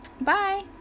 bye